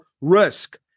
risk